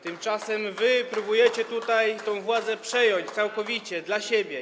Tymczasem wy próbujecie tutaj tę władzę przejąć całkowicie dla siebie.